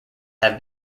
have